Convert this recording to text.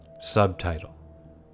Subtitle